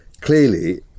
Clearly